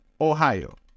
Ohio